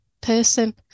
person